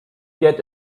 get